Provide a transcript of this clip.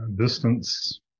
Distance